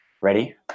Ready